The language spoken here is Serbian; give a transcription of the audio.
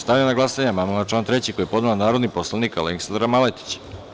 Stavljam na glasanje amandman na član 3. koji je podnela narodni poslanik Aleksandra Maletić.